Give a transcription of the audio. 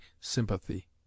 sympathy